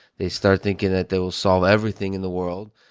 they start thinking that they will solve everything in the world.